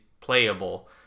playable